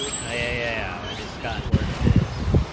i ah i just got word of this,